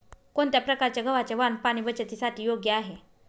कोणत्या प्रकारचे गव्हाचे वाण पाणी बचतीसाठी योग्य आहे?